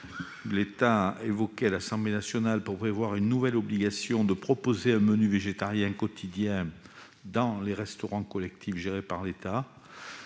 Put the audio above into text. celle évoquée à l'Assemblée nationale pour prévoir une nouvelle obligation de proposer un menu végétarien quotidien alternatif dans les restaurants collectifs gérés par l'État,